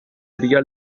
tria